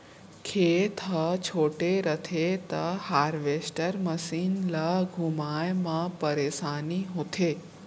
खेत ह छोटे रथे त हारवेस्टर मसीन ल घुमाए म परेसानी होथे